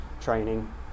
training